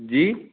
जी